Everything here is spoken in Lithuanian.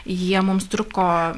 jie mums truko